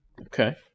Okay